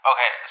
Okay